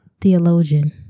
theologian